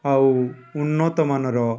ଆଉ ଉନ୍ନତମାନର